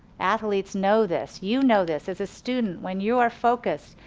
athletes know this, you know this as a student. when you are focused,